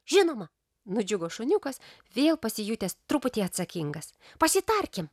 žinoma nudžiugo šuniukas vėl pasijutęs truputį atsakingas pasitarkim